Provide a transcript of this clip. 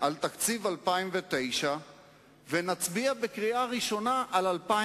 פעם היו מעבירים ב-1 באפריל.